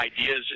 ideas